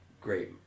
great